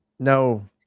No